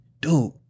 dude